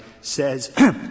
says